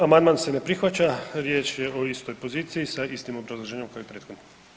Amandman se ne prihvaća, riječ je o istoj poziciji sa istim obrazloženjem kao i prethodni.